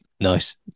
Nice